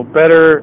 better